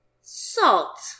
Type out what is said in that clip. salt